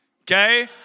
okay